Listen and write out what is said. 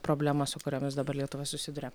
problemas su kuriomis dabar lietuva susiduria